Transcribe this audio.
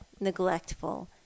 neglectful